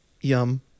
Yum